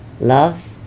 love